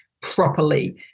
properly